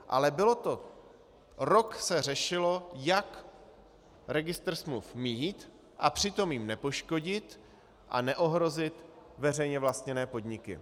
Ale rok se řešilo, jak registr smluv mít, a přitom jím nepoškodit a neohrozit veřejně vlastněné podniky.